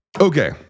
okay